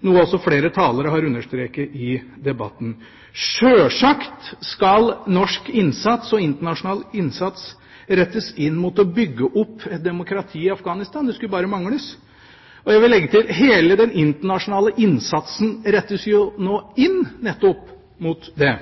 noe også flere talere har understreket i debatten. Sjølsagt skal norsk innsats og internasjonal innsats rettes inn mot å bygge opp et demokrati i Afghanistan, det skulle bare mangle. Og jeg vil legge til: Hele den internasjonale innsatsen rettes nå inn nettopp mot det.